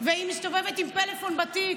והיא מסתובבת עם פלאפון בתיק.